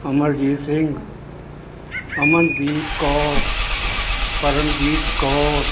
Amarjit Singh Amandeep Kaur Paramjeet Kaur